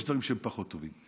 יש דברים שהם פחות טובים.